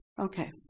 Okay